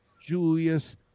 Julius